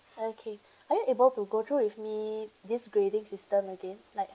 okay are you able to go through with me this grading system again like